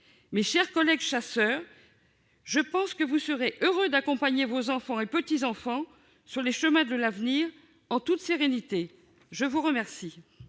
Mes chers collègues chasseurs, il me semble que vous serez heureux d'accompagner vos enfants et vos petits-enfants sur les chemins de l'avenir en toute sérénité ! Quel